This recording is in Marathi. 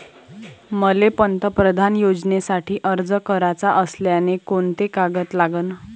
मले पंतप्रधान योजनेसाठी अर्ज कराचा असल्याने कोंते कागद लागन?